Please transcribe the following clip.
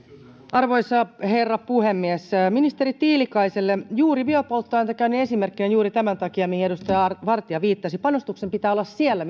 arvoisa herra puhemies ministeri tiilikaiselle juuri biopolttoainetta käytin esimerkkinä juuri tämän takia mihin edustaja vartia viittasi panostuksen pitää olla siellä